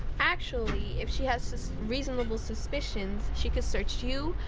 actually, if she has reasonable suspicions, she can search you,